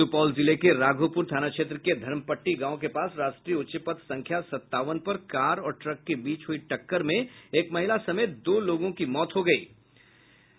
सुपौल जिले के राघोपूर थाना क्षेत्र के धर्मपटटी गांव के पास राष्ट्रीय उच्चपथ संख्या सत्तावन पर कार और ट्रक के बीच हुयी टक्कर मे एक महिला समेत दो लोगों की मौत हो गयी जबकि चार अन्य घायल हो गये